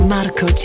Marco